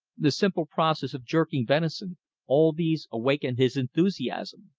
the simple process of jerking venison all these awakened his enthusiasm.